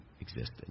existed